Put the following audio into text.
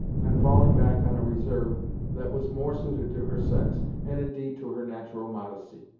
and falling back on a reserve that was more suited to her sex, and, indeed, to her natural modesty.